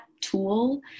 tool